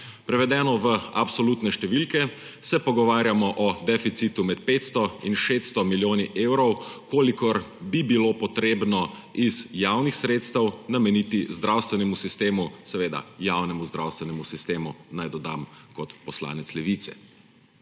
Prevedeno v absolutne številke se pogovarjamo o deficitu med 500 in 600 milijoni evrov, kolikor bi bilo potrebno iz javnih sredstev nameniti zdravstvenemu sistemu – seveda javnemu zdravstvenemu sistemu, naj dodam kot poslanec Levice.